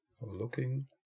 Looking